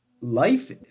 life